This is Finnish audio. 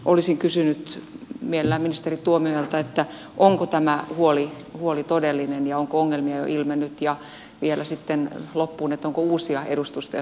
olisin kysynyt mielellään ministeri tuomiojalta että onko tämä huoli todellinen ja onko ongelmia jo ilmennyt ja vielä sitten loppuun että onko uusia edustustoja suunniteltu lakkautettavan